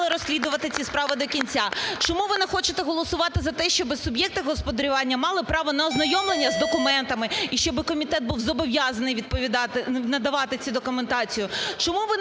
розслідувати ці справи до кінця. Чому ви не хочете голосувати за те, щоб суб'єкти господарювання мали право на ознайомлення з документами і щоб комітет був зобов'язаний відповідати… надавати цю документацію? Чому ви не